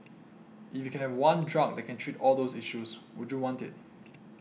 if you can have one drug that can treat all those issues would you want it